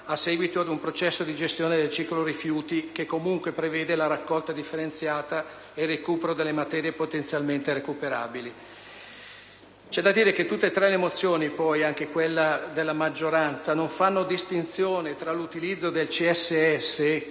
a seguito di un processo di gestione del ciclo dei rifiuti che comunque preveda la raccolta differenziata e il recupero delle materie potenzialmente recuperabili. C'è da dire che tutte e tre le mozioni, anche quella presentata dalla maggioranza, non fanno distinzione tra l'utilizzo del CSS,